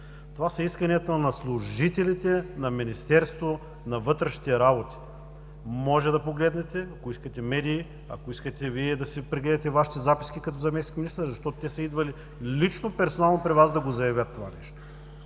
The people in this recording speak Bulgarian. Това са исканията на служителите на Министерството на вътрешните работи. Може да погледнете, ако искате медии, ако искате Вие да си прегледате Вашите записки като заместник-министър, защото те са идвали лично, персонално при Вас да заявят това нещо.